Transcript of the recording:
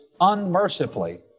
unmercifully